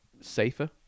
safer